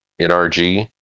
NRG